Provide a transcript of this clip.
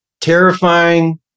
Terrifying